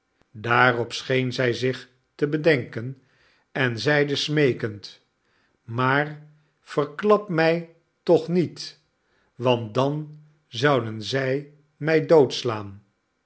daarop scheen zij zich te bedenken en zeide smeekend maar verklap mij toch niet want dan zouden zij mij doodslaan